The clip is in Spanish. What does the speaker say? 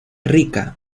rica